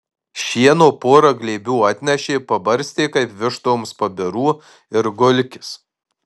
šieno pora glėbių atnešė pabarstė kaip vištoms pabirų ir gulkis